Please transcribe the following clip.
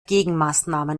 gegenmaßnahmen